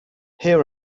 here